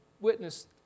witness